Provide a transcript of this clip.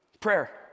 Prayer